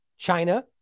China